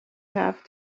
have